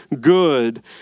good